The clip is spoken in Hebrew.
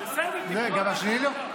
גם השני לא?